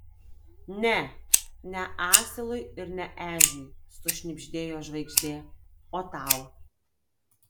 ne ne asilui ir ne ežiui sušnibždėjo žvaigždė o tau